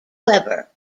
weber